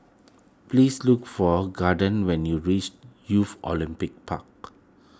please look for Gaden when you reach Youth Olympic Park